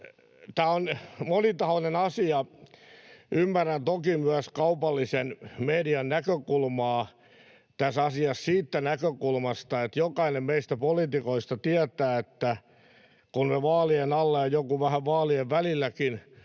Tämä on monitahoinen asia. Ymmärrän toki myös kaupallisen median näkökulmaa tässä asiassa siitä näkökulmasta, että jokainen meistä poliitikoista tietää, että kun me vaalien alla, ja joku vähän vaalien välilläkin,